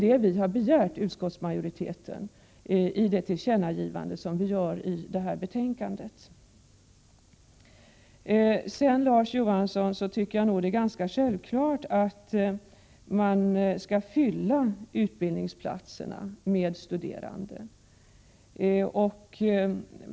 Det är det utskottsmajoriteten har begärt i det tillkännagivande som görs i detta betänkande. Det är ganska självklart, Larz Johansson, att utbildningsplatserna skall fyllas med studerande.